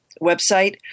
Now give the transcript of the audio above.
website